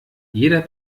jeder